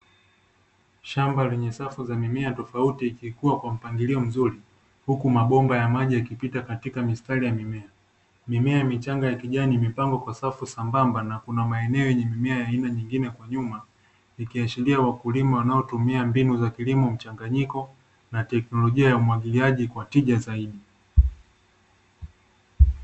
Shamba lenye safu za mimea tofauti ikikua kwa mpangilio mzuri, huku mabomba ya maji yakipita katika mistari ya mimea. Mimea michanga ya kijani imepangwa kwa safu sambamba, na kuna maeneo yenye mimea ya aina nyingine kwa nyuma, ikiashiria wakulima wanaotumia mbinu za kilimo mchanganyiko, na teknolojia ya umwagiliaji kwa tija zaidi.